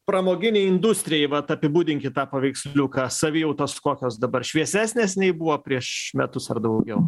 pramoginei industrijai vat apibūdinkit tą paveiksliuką savijautos kokios dabar šviesesnės nei buvo prieš metus ar daugiau